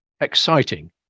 exciting